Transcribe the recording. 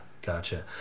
Gotcha